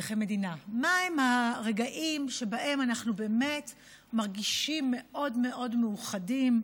מהם הרגעים שבהם אנחנו באמת מרגישים מאוד מאוד מאוחדים,